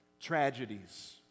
Tragedies